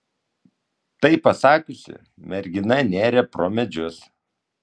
tai pasakiusi mergina nėrė pro medžius